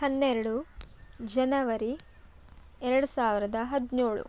ಹನ್ನೆರಡು ಜನವರಿ ಎರಡು ಸಾವಿರದ ಹದಿನೇಳು